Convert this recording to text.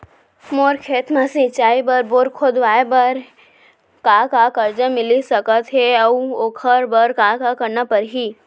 मोर खेत म सिंचाई बर बोर खोदवाये बर का का करजा मिलिस सकत हे अऊ ओखर बर का का करना परही?